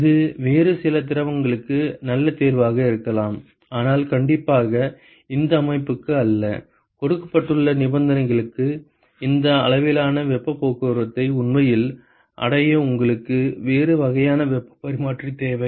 இது வேறு சில திரவங்களுக்கு நல்ல தேர்வாக இருக்கலாம் ஆனால் கண்டிப்பாக இந்த அமைப்புக்கு அல்ல கொடுக்கப்பட்டுள்ள நிபந்தனைகளுக்கு இந்த அளவிலான வெப்பப் போக்குவரத்தை உண்மையில் அடைய உங்களுக்கு வேறு வகையான வெப்பப் பரிமாற்றி தேவை